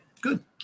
Good